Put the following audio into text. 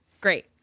Great